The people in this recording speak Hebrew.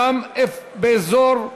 גם באזור,